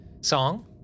song